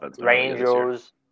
Rangers